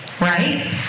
right